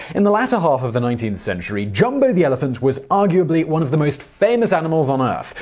in the latter half of the nineteenth century, jumbo the elephant was arguably one of the most famous animals on earth.